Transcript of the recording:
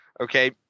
Okay